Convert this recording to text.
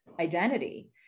identity